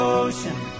ocean